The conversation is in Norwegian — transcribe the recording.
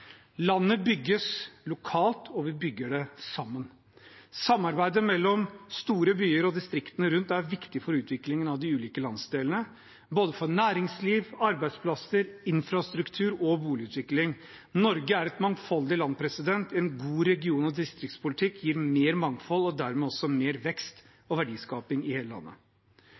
Landet bygges lokalt, og vi bygger det sammen. Samarbeidet mellom store byer og distriktene rundt er viktig for utviklingen av de ulike landsdelene, både for næringsliv, arbeidsplasser, infrastruktur og boligutvikling. Norge er et mangfoldig land. En god region- og distriktspolitikk gir mer mangfold og dermed også mer vekst og verdiskaping i hele landet.